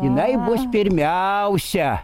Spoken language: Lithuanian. jinai bus pirmiausia